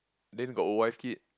then got old wife kid